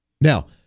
Now